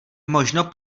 možno